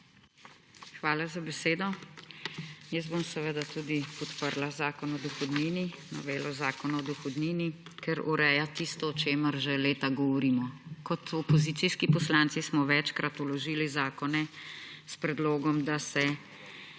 Hvala za besedo. Seveda bom podprla novelo Zakona o dohodnini, ker ureja tisto, o čemer že leta govorimo. Kot opozicijski poslanci smo večkrat vložili zakone s predlogom, da se